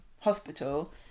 hospital